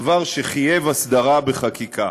דבר שחייב הסדרה בחקיקה.